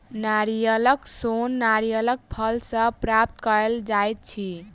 नारियलक सोन नारियलक फल सॅ प्राप्त कयल जाइत अछि